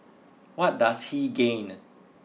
what does he gain